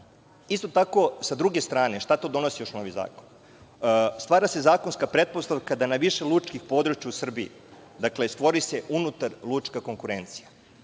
tako sa druge strane, šta to donosi još novi zakon? Stvara se zakonska pretpostavka da na više lučkih područja u Srbiji, dakle, stvori se unutarlučka konkurencija.